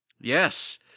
Yes